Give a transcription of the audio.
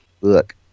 Look